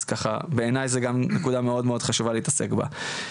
בעיניי זו גם נקודה מאוד חשובה להתעסק בה.